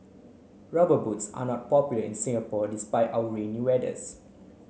rubber boots are not popular in Singapore despite our rainy weathers